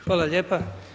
Hvala lijepa.